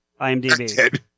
IMDb